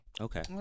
Okay